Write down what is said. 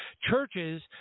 churches